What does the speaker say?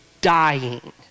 dying